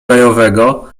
gajowego